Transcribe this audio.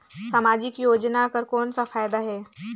समाजिक योजना कर कौन का फायदा है?